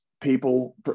people